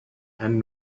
and